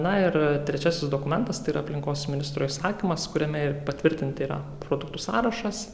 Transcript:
na ir trečiasis dokumentas tai yra aplinkos ministro įsakymas kuriame ir patvirtinti yra produktų sąrašas